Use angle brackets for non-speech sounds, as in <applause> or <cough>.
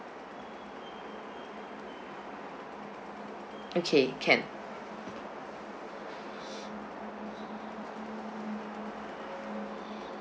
okay can <breath>